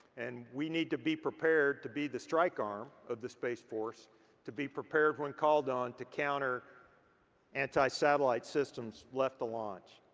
and we need to be prepared to be the strike arm of the space force to be prepared when called on to counter anti-satellite systems left to launch.